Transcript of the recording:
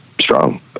strong